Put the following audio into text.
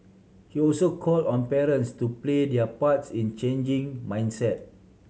he also call on parents to play their parts in changing mindset